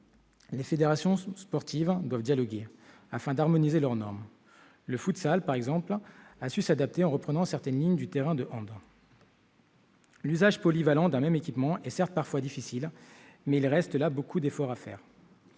Les fédérations sportives doivent donc dialoguer, afin d'harmoniser leurs normes. Le futsal a, par exemple, su s'adapter, en reprenant certaines lignes du terrain de handball. L'usage polyvalent d'un même équipement est certes parfois difficile, mais il reste, en la matière, beaucoup d'efforts à faire.